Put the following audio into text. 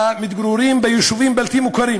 המתגוררים ביישובים בלתי מוכרים,